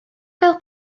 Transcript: gael